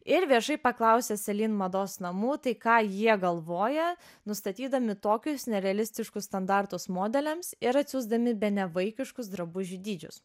ir viešai paklausė selin mados namų tai ką jie galvoja nustatydami tokius nerealistiškus standartus modeliams ir atsiųsdami bene vaikiškus drabužių dydžius